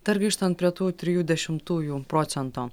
dar grįžtant prie tų trijų dešimtųjų procento